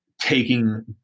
taking